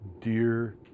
dear